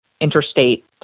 interstate